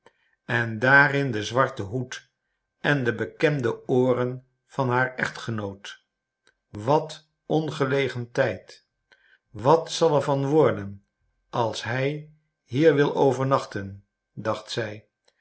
en daarin den zwarten hoed en de bekende ooren van haar echtgenoot wat ongelegen tijd wat zal er van worden als hij hier wil overnachten dacht zij